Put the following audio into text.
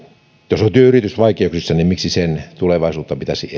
jos on yritys vaikeuksissa niin miksi sen tulevaisuutta pitäisi